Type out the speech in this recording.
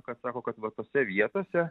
kad sako kad va tose vietose